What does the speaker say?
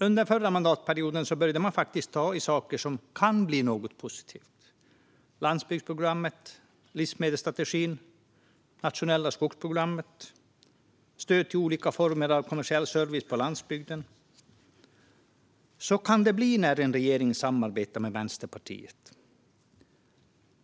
Under förra mandatperioden började man faktiskt ta i saker som kan bli något positivt: landsbygdsprogrammet, livsmedelsstrategin, nationella skogsprogrammet och stöd till olika former av kommersiell service på landsbygden. Så kan det bli när en regering samarbetar med Vänsterpartiet.